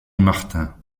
martin